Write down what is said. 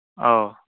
ꯑꯧ